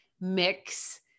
mix